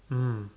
mm